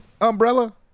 umbrella